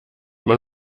man